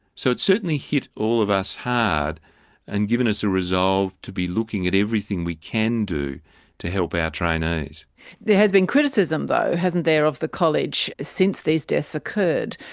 so it's certainly hit all of us hard and given us a resolve to be looking at everything we can do to help our trainees. there has been criticism though, hasn't there, of the college since these deaths occurred,